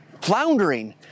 floundering